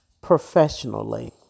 professionally